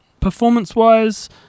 performance-wise